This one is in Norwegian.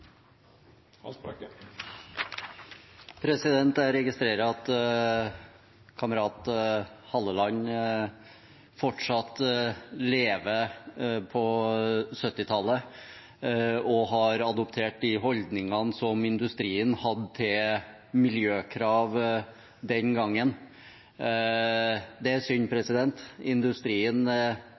Jeg registrerer at kamerat Halleland fortsatt lever på 1970-tallet og har adoptert de holdningene som industrien hadde til miljøkrav den gangen. Det er synd. Industrien